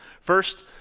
First